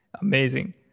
Amazing